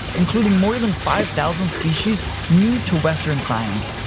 including more than five thousand species new to western science.